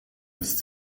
lässt